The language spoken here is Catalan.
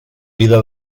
vida